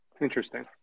Interesting